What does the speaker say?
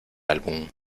álbum